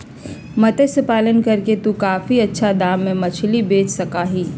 मत्स्य पालन करके तू काफी अच्छा दाम में मछली बेच सका ही